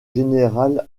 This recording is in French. général